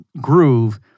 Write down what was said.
groove